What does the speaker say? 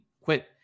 quit